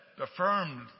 affirmed